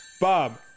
Bob